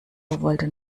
wollte